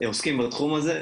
שעוסקים בתחום הזה,